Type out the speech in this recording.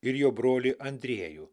ir jo brolį andriejų